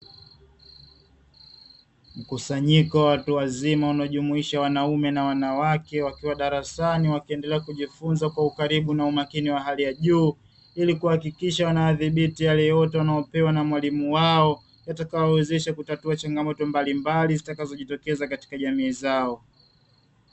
Mkusanyiko wa watu wazima unaojumuisha wanaume na wanawake, wakiwa darasani wakiendelea kujifunza kwa ukaribu na umakini wa hali ya juu, ili kuhakikisha wanayadhibiti yale yote wanaopewa na mwalimu wao, yatakayo wawezesha kutatua changamoto mbalimbali zitakazojitokeza katika jamii zao.